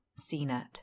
CNET